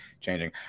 changing